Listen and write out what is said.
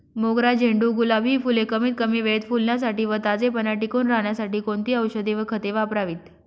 मोगरा, झेंडू, गुलाब हि फूले कमीत कमी वेळेत फुलण्यासाठी व ताजेपणा टिकून राहण्यासाठी कोणती औषधे व खते वापरावीत?